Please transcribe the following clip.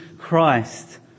Christ